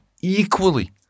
equally